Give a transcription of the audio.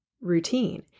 routine